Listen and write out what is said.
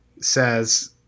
says